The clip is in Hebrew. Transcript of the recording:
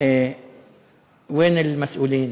איפה האחראים?